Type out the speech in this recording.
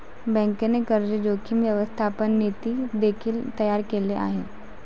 बँकेने कर्ज जोखीम व्यवस्थापन नीती देखील तयार केले आहे